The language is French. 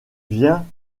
vient